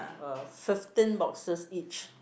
uh fifteen boxes each